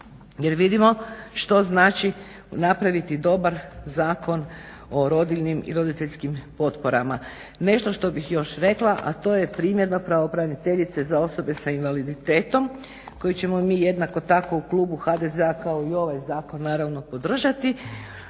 jer vidimo što znači napraviti dobar Zakon o rodiljnim i roditeljskim potporama. Nešto što bih još rekla a to je primjedba Pravobraniteljice za osobe s invaliditetom koje ćemo mi jednako tako u Klubu HDZ-a kao i ovaj zakon naravno podržati